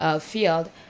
field